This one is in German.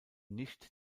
nicht